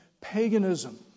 paganism